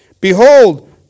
Behold